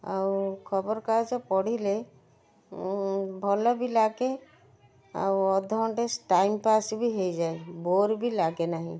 ଆଉ ଖବର କାଗଜ ପଢ଼ିଲେ ଭଲ ବି ଲାଗେ ଆଉ ଅଧଘଣ୍ଟେ ଟାଇମ ପାସ ବି ହେଇଯାଏ ବୋରବି ଲାଗେ ନାହିଁ